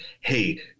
hey